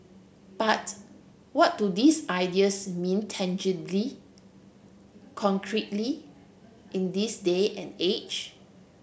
but what do these ideas mean tangibly concretely in this day and age